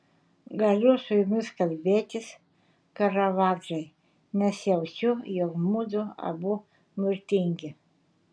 galiu su jumis kalbėtis karavadžai nes jaučiu jog mudu abu mirtingi